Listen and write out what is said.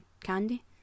candy